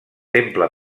temple